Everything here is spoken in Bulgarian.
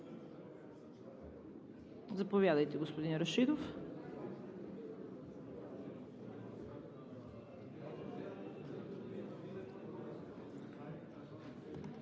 заповядайте, господин Рашидов.